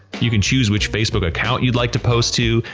you can choose which facebook account you'd like to post to,